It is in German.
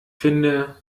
finde